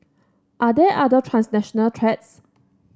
are there other transnational threats